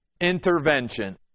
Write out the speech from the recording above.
intervention